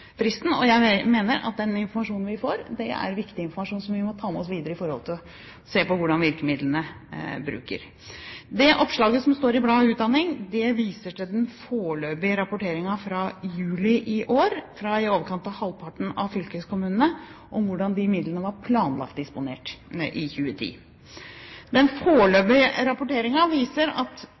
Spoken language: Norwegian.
fristen. Og jeg mener at den informasjonen vi får, er viktig informasjon som vi må ta med oss videre i forhold til å se på hvordan virkemidlene brukes. Det oppslaget som står i bladet Utdanning, viser til den foreløpige rapporteringen fra juli i år, fra i overkant av halvparten av fylkeskommunene, om hvordan disse midlene var planlagt disponert i 2010. Den foreløpige rapporteringen viser at